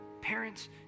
Parents